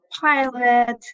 pilot